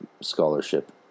scholarship